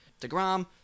DeGrom